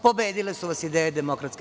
Pobedile su vas ideje DS.